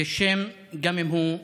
יש שם, גם אם הוא ערבי.